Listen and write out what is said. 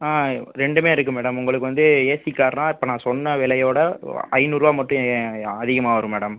ஆ ரெண்டுமே இருக்குது மேடம் உங்களுக்கு வந்து ஏசி காருன்னால் இப்போ நான் சொன்ன விலையோட ஐநூறுரூவா மட்டும் அதிகமாக வரும் மேடம்